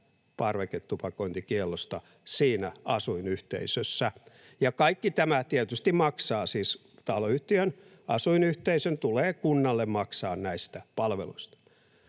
parveketupakointikiellosta siinä asuinyhteisössä. Kaikki tämä tietysti maksaa: siis taloyhtiön, asuinyhteisön tulee kunnalle maksaa näistä palveluista.